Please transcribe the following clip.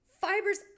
fibers